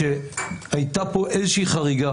אני לא מתרשם שהייתה פה איזה חריגה